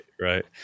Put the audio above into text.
right